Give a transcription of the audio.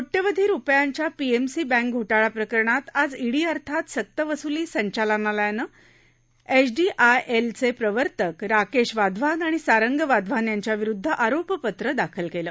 कोटयावधी रुपयांच्या PMC bank घोटाळा प्रकरणात आज इडी अर्थात सक्तवसुली संचालनालयानं एचडीआयएलचे प्रवर्तक राकेश वाधवान आणि सारंग वाधवान यांच्याविरुदध आरोपपत्र दाखल केलं